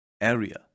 area